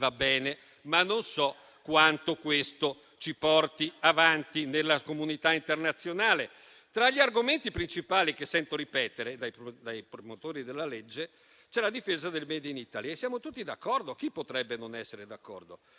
va bene, ma non so quanto questo ci porti avanti nella comunità internazionale. Tra gli argomenti principali che sento ripetere dai promotori della legge c'è la difesa del *made in Italy*. Siamo tutti d'accordo: chi potrebbe non essere d'accordo.